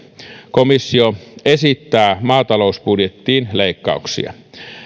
komissio esittää maatalousbudjettiin leikkauksia